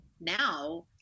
now